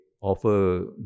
offer